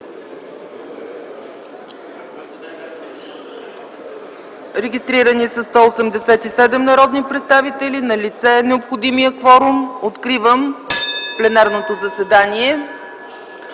Регистрирани са 187 народни представители. На лице е необходимият кворум. Откривам пленарното заседание.